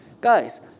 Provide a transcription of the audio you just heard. Guys